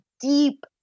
deep